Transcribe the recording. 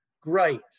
great